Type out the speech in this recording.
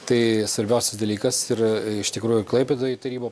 tai svarbiausias dalykas ir iš tikrųjų klaipėdoj į tarybą